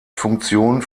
funktion